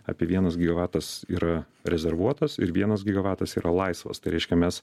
apie vienas gigavatas yra rezervuotas ir vienas gigavatas yra laisvas tai reiškia mes